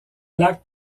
lacs